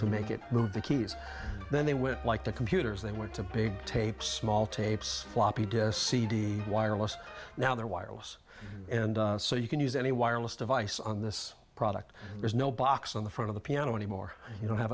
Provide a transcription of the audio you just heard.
to make it move the keys then they went like the computers they went to big tapes mall tapes floppy disk cd wireless now they're wireless and so you can use any wireless device on this product there's no box on the front of the piano anymore you don't have